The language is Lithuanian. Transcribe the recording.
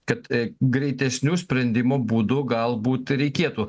kad greitesnių sprendimų būdų galbūt reikėtų